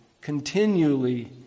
continually